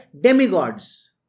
demigods